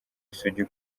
isugi